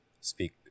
speak